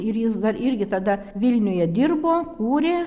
ir jis dar irgi tada vilniuje dirbo kūrė